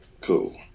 Cool